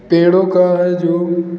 पेड़ों का जो